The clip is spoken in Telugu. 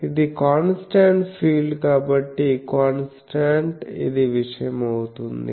ఇది కాన్స్టాంట్ ఫీల్డ్ కాబట్టి కాన్స్టాంట్ ఇది విషయం అవుతుంది